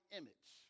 image